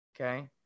Okay